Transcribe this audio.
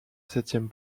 septième